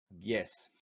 yes